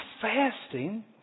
fasting